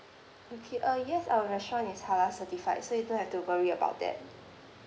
okay uh yes our restaurant is halal certified so you don't have to worry about that